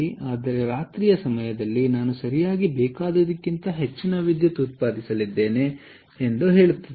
ಆದ್ದರಿಂದ ರಾತ್ರಿಯ ಸಮಯದಲ್ಲಿ ನಾನು ಸರಿಯಾಗಿ ಬೇಕಾದುದಕ್ಕಿಂತ ಹೆಚ್ಚಿನ ವಿದ್ಯುತ್ ಉತ್ಪಾದಿಸಲಿದ್ದೇನೆ ಎಂದು ಹೇಳೋಣ